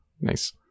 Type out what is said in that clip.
Nice